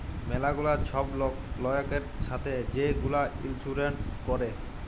ম্যালা গুলা ছব লয়কের ছাথে যে গুলা ইলসুরেল্স ক্যরে